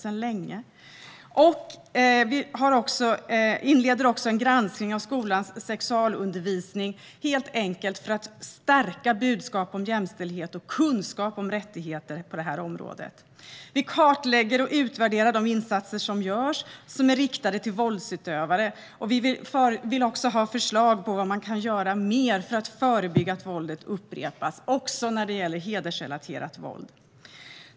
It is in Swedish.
Vi inleder också en granskning av skolans sexualundervisning för att stärka budskapet om jämställdhet och kunskapen om rättigheter på detta område. Vi kartlägger och utvärderar de insatser som görs som är riktade till våldsutövare. Vi vill också ha förslag på vad mer man kan göra för att förebygga att våldet upprepas, även när det gäller hedersrelaterat våld.